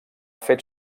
fet